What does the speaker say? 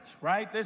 right